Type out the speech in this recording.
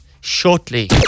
shortly